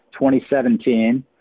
2017